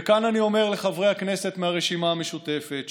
וכאן אני אומר לחברי הכנסת מהרשימה המשותפת,